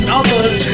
others